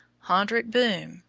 hendrik boom,